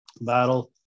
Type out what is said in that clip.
battle